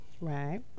right